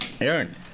Aaron